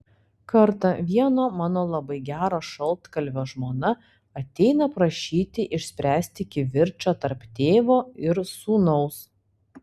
kartą vieno mano labai gero šaltkalvio žmona ateina prašyti išspręsti kivirčą tarp tėvo ir sūnaus